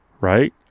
right